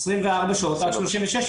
24 עד 36 שעות,